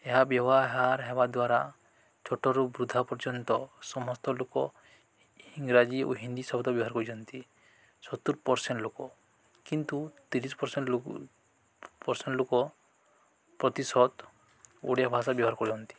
ଏହା ବ୍ୟବହାର ହେବା ଦ୍ୱାରା ଛୋଟରୁ ବୃଦ୍ଧା ପର୍ଯ୍ୟନ୍ତ ସମସ୍ତ ଲୋକ ଇଂରାଜୀ ଓ ହିନ୍ଦୀ ଶବ୍ଦ ବ୍ୟବହାର କରିଛନ୍ତି ସତୁରୀ ପର୍ସେଣ୍ଟ ଲୋକ କିନ୍ତୁ ତିରିଶ ପର୍ସେଣ୍ଟ ପର୍ସେଣ୍ଟ ଲୋକ ପ୍ରତିଶତ ଓଡ଼ିଆ ଭାଷା ବ୍ୟବହାର କରନ୍ତି